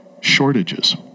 shortages